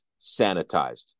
sanitized